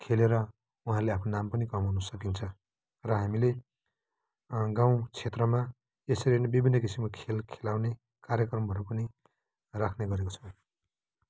खेलेर उहाँहरूले आफ्नो नाम पनि कमाउन सकिन्छ र हामीले गाउँ क्षेत्रमा यसरी नै विभिन्न किसिमको खेल खेलाउने कार्यक्रमहरू पनि राख्ने गरेको छौँ